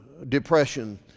Depression